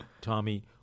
Tommy